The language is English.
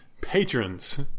patrons